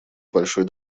большой